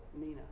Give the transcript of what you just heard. Nina